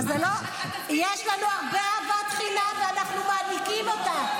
יש לנו הרבה אהבת חינם ואנחנו מעניקים אותה,